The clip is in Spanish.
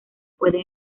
puede